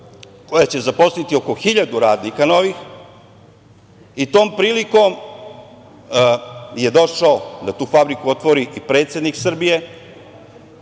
koja će zaposliti oko 1.000 radnika novih i tom prilikom je došao da tu fabriku otvori i predsednik Srbije. Evo